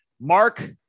Mark